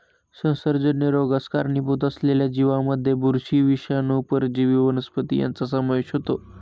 संसर्गजन्य रोगास कारणीभूत असलेल्या जीवांमध्ये बुरशी, विषाणू, परजीवी वनस्पती यांचा समावेश होतो